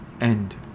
end